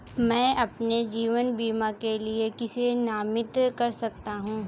मैं अपने जीवन बीमा के लिए किसे नामित कर सकता हूं?